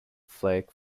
flag